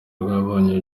twiboneye